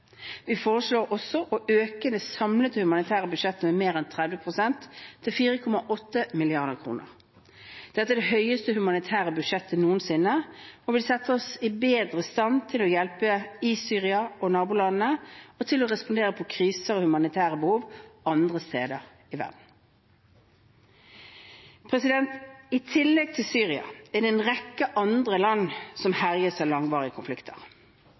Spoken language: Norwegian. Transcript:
Vi foreslår også å øke det samlede humanitære budsjettet med mer enn 30 pst – til 4,8 mrd. kr. Dette er det høyeste humanitære budsjettet noensinne, og det vil sette oss i bedre stand til å hjelpe i Syria og nabolandene og til å respondere på kriser og humanitære behov andre steder i verden. I tillegg til Syria er det en rekke andre land som herjes av langvarige konflikter.